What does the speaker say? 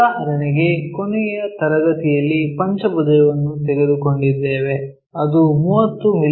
ಉದಾಹರಣೆಗೆ ಕೊನೆಯ ತರಗತಿಯಲ್ಲಿ ಪಂಚಭುಜವನ್ನು ತೆಗೆದುಕೊಂಡಿದ್ದೇವೆ ಅದು 30 ಮಿ